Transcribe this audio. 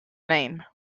name